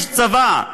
יש צבא,